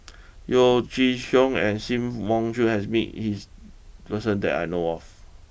Yeo Chee Kiong and Sim Wong Hoo has met his person that I know of